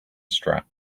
strap